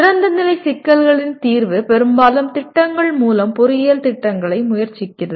திறந்தநிலை சிக்கல்களின் தீர்வு பெரும்பாலும் திட்டங்கள் மூலம் பொறியியல் திட்டங்களை முயற்சிக்கிறது